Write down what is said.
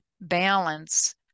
balance